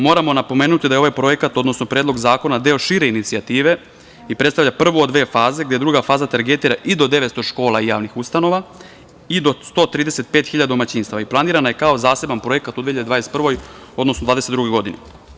Moramo napomenuti da je ovaj projekat, odnosno Predlog zakona, deo šire inicijative i predstavlja prvu od dve faze, gde druga faza targetira i do 900 škola i javnih ustanova i do 135 hiljada domaćinstava i planirana je kao zaseban projekat u 2021, odnosno 2022. godini.